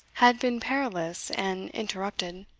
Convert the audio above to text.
had been perilous and interrupted.